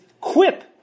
Quip